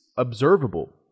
Observable